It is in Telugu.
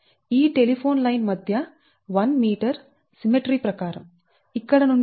ఈ టెలిఫోన్ లైన్ మధ్య 1m సిమ్మెట్రీ ప్రకారం ఇక్కడ నుండి ఇక్కడకు 0